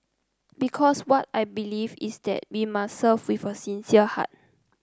because what I believe is that we must serve with a sincere heart